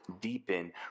deepen